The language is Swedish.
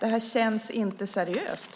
Det här känns inte seriöst.